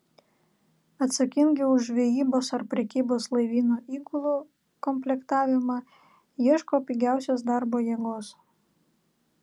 atsakingi už žvejybos ar prekybos laivyno įgulų komplektavimą ieško pigiausios darbo jėgos